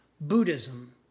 Buddhism